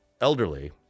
elderly